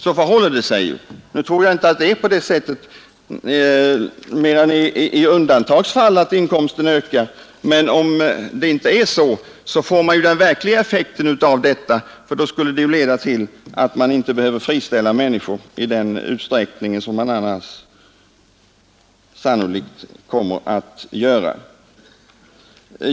Nu tror jag inte att det annat än i undantagsfall är på det sättet att inkomsten ökar i samma mån. Den verkliga effekten av detta förslag är emellertid att företagen inte behöver friställa människor i den utsträckning som man annars kommer att göra.